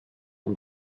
und